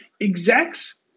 Execs